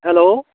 hello